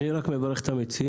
אני רק מברך את המציעים.